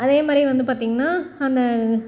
அதேமாதிரி வந்து பார்த்தீங்கன்னா அந்த